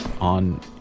on